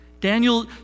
Daniel